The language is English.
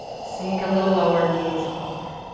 sink a little lower, gaze forward.